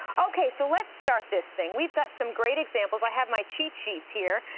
okay, so let's start this thing. weve got some great examples. i have my cheat sheets here.